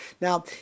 Now